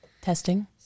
Testing